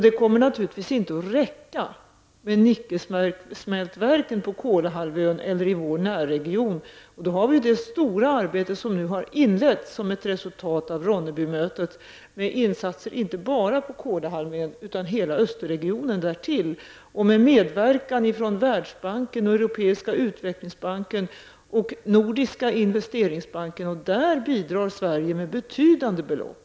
Det kommer naturligtvis inte att räcka med nickelsmältverken på Kolahalvön eller i vår närregion. Vi har då det stora arbete som inletts som ett resultat av Ronnebymötet med insatser inte bara på Kolahalvön utan i Östersjöregionen därtill med en medverkan från Världsbanken, Europeiska utvecklingsbanken och Nordiska investeringsbanken. Där bidrar Sverige med betydande belopp.